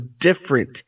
different